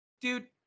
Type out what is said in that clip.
dude